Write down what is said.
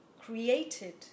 created